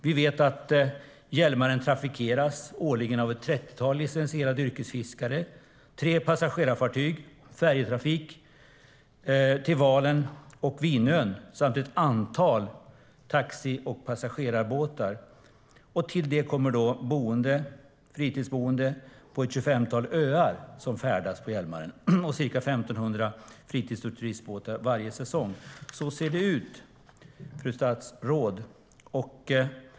Vi vet att Hjälmaren årligen trafikeras av ett trettiotal licensierade yrkesfiskare, tre passagerarfartyg, färjetrafik till Valen och Vinön samt ett antal taxi och passagerarbåtar. Till det kommer boende och fritidsboende på ett tjugofemtal öar som färdas på Hjälmaren. Det är fråga om ca 1 500 fritids och turistbåtar varje säsong. Så ser det ut, fru statsråd.